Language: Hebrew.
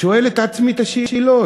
ושואל את עצמי את השאלות.